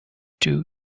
two